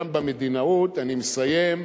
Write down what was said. גם במדינאות אני מסיים,